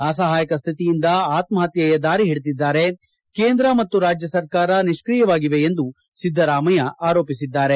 ಅಸಹಾಯಕ ಸ್ಥಿತಿಯಿಂದ ಆತ್ಮಹತ್ತೆಯ ದಾರಿಹಿಡಿದಿದ್ದಾರೆ ಕೇಂದ್ರ ಮತ್ತು ರಾಜ್ಯ ಸರ್ಕಾರ ನಿಷ್ಠಿಯವಾಗಿದೆ ಎಂದು ಸಿದ್ದರಾಮಯ್ಯ ಆರೋಪಿಸಿದ್ದಾರೆ